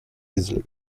easily